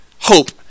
hope